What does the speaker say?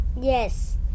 Yes